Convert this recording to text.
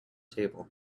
table